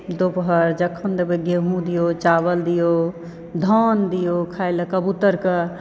दुपहर जखन देबै गेहूँ दियौ चावल दियौ धान दियौ खाइ ले कबूतरकऽ